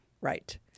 Right